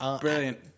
Brilliant